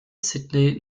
sydney